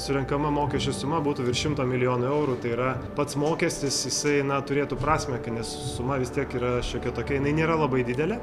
surenkama mokesčių suma būtų virš šimto milijonų eurų tai yra pats mokestis jisai na turėtų prasmę nes suma vis tiek yra šiokia tokia jinai nėra labai didelė